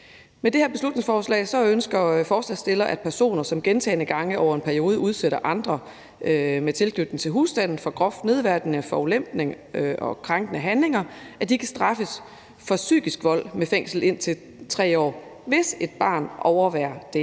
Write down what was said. Med det her beslutningsforslag ønsker forslagsstillerne, at personer, som gentagne gange over en periode udsætter andre med tilknytning til husstanden for groft nedværdigende, forulempende eller krænkende handlinger, kan straffes for psykisk vold med fængsel indtil 3 år , hvis et barn overværer det,